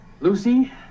Lucy